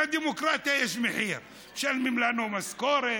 לדמוקרטיה יש מחיר, משלמים לנו משכורת,